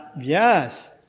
Yes